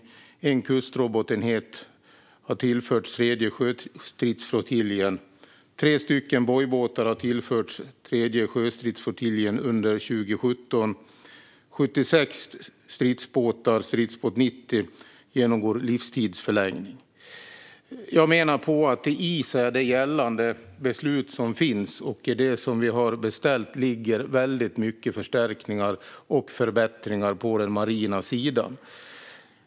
En kustrobotenhet har tillförts tredje sjöstridsflottiljen. Tre bojbåtar har tillförts tredje sjöstridsflottiljen under 2017, och 76 stridsbåtar av typen Stridsbåt 90 genomgår livstidsförlängning. Jag menar att det i det gällande beslutet och i det som vi har beställt ligger väldigt många förstärkningar och förbättringar på den marina sidan.